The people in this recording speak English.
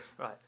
Right